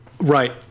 Right